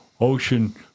ocean